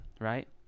right